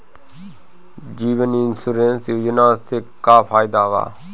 जीवन insurance योजना से का फायदा बा?